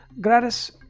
Gratis